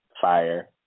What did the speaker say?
Fire